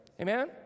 Amen